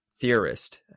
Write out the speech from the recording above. theorist